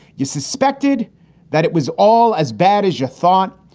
you suspected that it was all as bad as you thought,